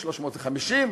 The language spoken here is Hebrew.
350,000,